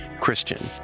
Christian